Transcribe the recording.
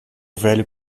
velho